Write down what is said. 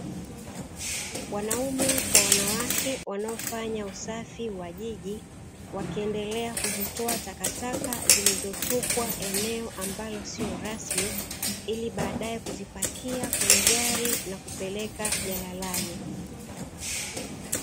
Wanaume kwa wanawake wanao fanya usafi wa jiji wakiendelea kuzitoa takataka zilizotupwa eneo, ambalo sio rasmi ili baadae kuzipakia kwenye gari na kupeleka jalalani.